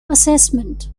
assessment